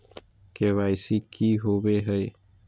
KYC की हॉबे हय?